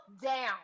down